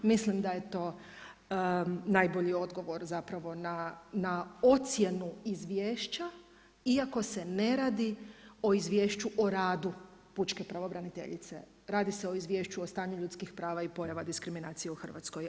Mislim da je to najbolji odgovor zapravo na ocjenu izvješća iako se ne radi o izvješću o radu pučke pravobraniteljice, radi se o Izvješću o stanju ljudskih prava i pojava diskriminacije u Hrvatskoj.